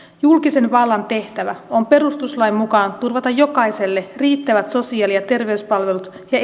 julkisen vallan tehtävä on perustuslain mukaan turvata jokaiselle riittävät sosiaali ja terveyspalvelut ja